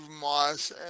moss